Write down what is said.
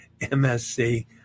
MSC